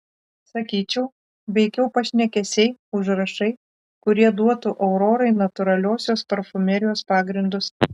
sakyčiau veikiau pašnekesiai užrašai kurie duotų aurorai natūraliosios parfumerijos pagrindus